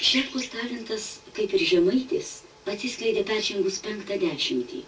šepkos talentas kaip ir žemaitės atsiskleidė peržengus penktą dešimtį